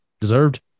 Deserved